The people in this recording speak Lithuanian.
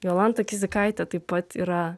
jolanta kizikaitė taip pat yra